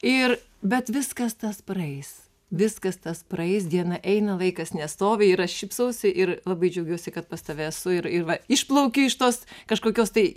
ir bet viskas tas praeis viskas tas praeis diena eina laikas nestovi ir aš šypsausi ir labai džiaugiuosi kad pas tave esu ir ir va išplauki iš tos kažkokios tai